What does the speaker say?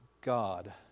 God